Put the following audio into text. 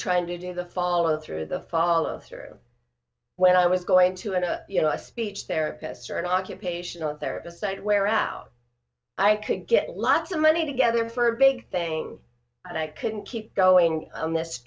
trying to do the follow through the follow through when i was going to a you know a speech therapist or an occupational therapist side where out i could get lots of money together for a big thing and i couldn't keep going on this